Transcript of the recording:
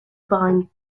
bind